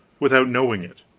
without knowing it.